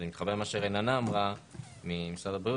זה מתחבר למה שאמרה רננה ממשרד הבריאות